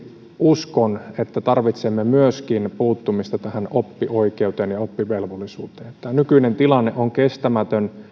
uskon että tarvitsemme myöskin puuttumista oppioikeuteen ja oppivelvollisuuteen tämä nykyinen tilanne on kestämätön